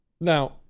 Now